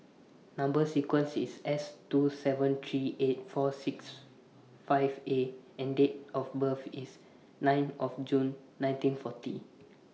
Number sequence IS S two seven three eight four six five A and Date of birth IS nine of June nineteen forty